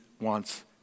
wants